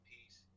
Peace